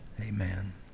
amen